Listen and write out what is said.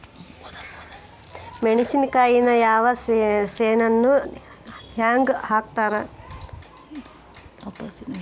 ಮೆಣಸಿನಕಾಯಿನ ಯಾವ ಸೇಸನ್ ನಾಗ್ ಹಾಕ್ತಾರ?